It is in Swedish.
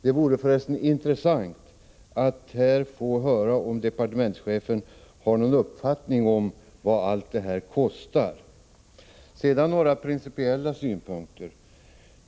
Det vore för resten intressant att här få höra om departementschefen har någon uppfattning om vad allt detta kostar. Sedan några principiella synpunkter.